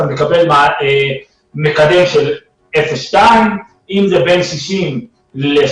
אתה מקבל מקדם של 0,2. אם זה בין 60 ל-80,